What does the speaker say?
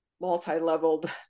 multi-leveled